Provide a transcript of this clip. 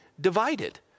divided